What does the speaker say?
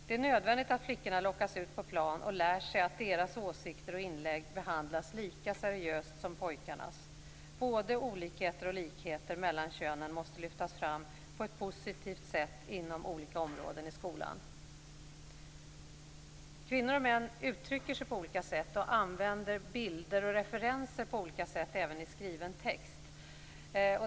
Det är nödvändigt att flickorna lockas ut på plan och lär sig att deras åsikter och inlägg behandlas lika seriöst som pojkarnas. Både olikheter och likheter mellan könen måste lyftas fram på ett positivt sätt inom olika områden i skolan. Kvinnor och män uttrycker sig på olika sätt och använder bilder och referenser på olika sätt även i skriven text.